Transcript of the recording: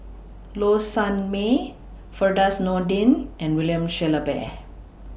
Low Sanmay Firdaus Nordin and William Shellabear